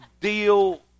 deal